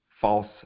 false